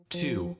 two